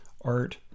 art